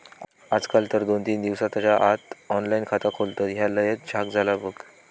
आजकाल तर दोन तीन दिसाच्या आत ऑनलाइन खाता खोलतत, ह्या लयच झ्याक झाला बघ